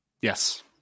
Yes